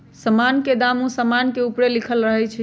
समान के दाम उ समान के ऊपरे लिखल रहइ छै